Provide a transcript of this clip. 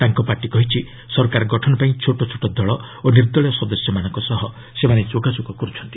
ତାଙ୍କ ପାର୍ଟି କହିଛି ସରକାର ଗଠନ ପାଇଁ ଛୋଟଛୋଟ ଦଳ ଓ ନିର୍ଦଳୀୟ ସଦସ୍ୟମାନଙ୍କ ସହ ସେମାନେ ଯୋଗାଯୋଗ କରୁଛନ୍ତି